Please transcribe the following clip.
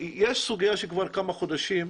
הנושא השלישי והאחרון יש סוגיה שכבר כמה חודשים,